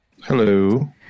Hello